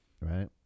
Right